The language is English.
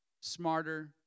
smarter